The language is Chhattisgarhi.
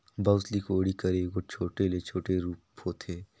बउसली कोड़ी कर एगोट छोटे ले छोटे रूप होथे